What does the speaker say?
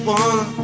one